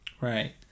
Right